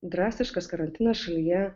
drastiškas karantinas šalyje